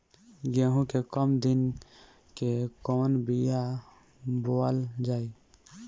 गेहूं के कम दिन के कवन बीआ बोअल जाई?